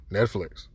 Netflix